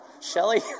Shelly